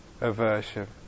aversion